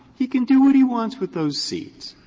he can do what he wants with those seeds.